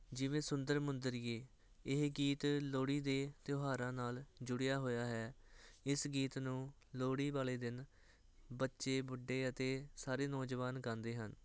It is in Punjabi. ਜਿਵੇਂ ਸੁੰਦਰ ਮੁੰਦਰੀਏ ਇਹ ਗੀਤ ਲੋਹੜੀ ਦੇ ਤਿਉਹਾਰਾਂ ਨਾਲ ਜੁੜਿਆ ਹੋਇਆ ਹੈ ਇਸ ਗੀਤ ਨੂੰ ਲੋਹੜੀ ਵਾਲੇ ਦਿਨ ਬੱਚੇ ਬੁੱਢੇ ਅਤੇ ਸਾਰੇ ਨੌਜਵਾਨ ਗਾਉਂਦੇ ਹਨ